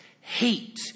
hate